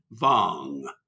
Vong